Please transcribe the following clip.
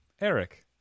Eric